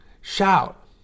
shout